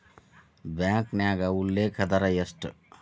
ಬ್ಯಾಂಕ್ನ್ಯಾಗ ಉಲ್ಲೇಖ ದರ ಎಷ್ಟ